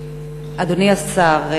אדוני השר,